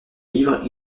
livre